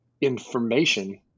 information